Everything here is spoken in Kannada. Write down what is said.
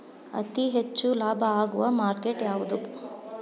ಅತಿ ಹೆಚ್ಚು ಲಾಭ ಆಗುವ ಮಾರ್ಕೆಟ್ ಯಾವುದು?